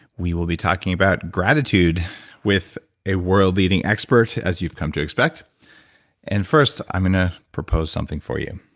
we will be talking about gratitude with a world leading expert as you've come to expect and first, i'm going to ah propose something for you.